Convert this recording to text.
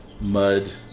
mud